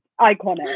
iconic